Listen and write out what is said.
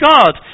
God